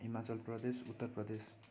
Himachal Pradesh Uttar Pradesh